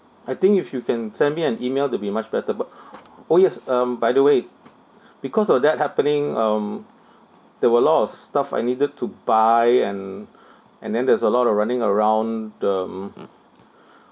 I think if you can send me an email that'd be much better bu~ orh yes um by the way because of that happening um there were a lot of stuff I needed to buy and and then there's a lot of running around the um